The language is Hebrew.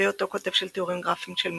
בהיותו כותב של תיאורים גרפיים של מין.